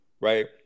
right